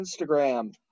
Instagram